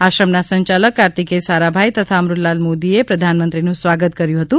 આશ્રમના સંચાલક કાર્તિકેય સારાભાઇ તથા અમૃતલાલા મોદીએ પ્રધાનમંત્રીનું સ્વાગત કર્યું હતું